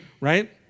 Right